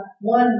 one